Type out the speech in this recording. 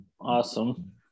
Awesome